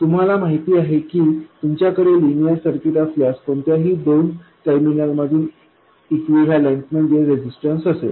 तुम्हाला माहिती आहे की तुमच्याकडे लिनियर सर्किट असल्यास कोणत्याही दोन टर्मिनल मधील इक्विवलेंट म्हणजे रेजिस्टन्स असेल